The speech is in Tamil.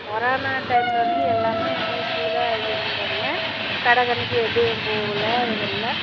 கொரோனா டைம்மில் வந்துங்க எல்லாமே வீட்டில்தான் இருந்தாங்க கடைகன்னிக்கு எதுவும் போவல எதுவும் இல்லை